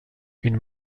une